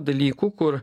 dalykų kur